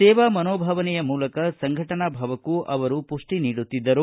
ಸೇವಾ ಮನೋಭಾವನೆಯ ಮೂಲಕ ಸಂಘಟನಾ ಭಾವಕ್ಕೂ ಪುಷ್ಟಿ ನೀಡುತ್ತಿದ್ದರು